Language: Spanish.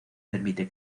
permite